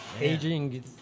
Aging